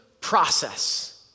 process